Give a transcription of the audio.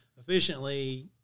efficiently